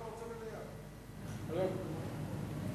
אורי,